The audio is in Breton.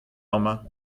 amañ